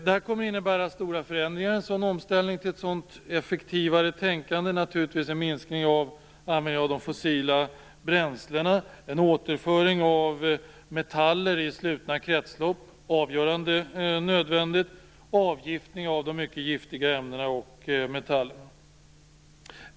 En sådan omställning till effektivare tänkande kommer att innebära stora förändringar. Det blir naturligtvis en minskning av användandet av fossila bränslen. Det blir en återföring av metaller i slutna kretslopp. Det blir nödvändigt med avgiftning av giftiga ämnen och metaller.